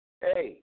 Hey